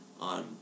on